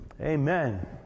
Amen